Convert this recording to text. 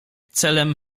celem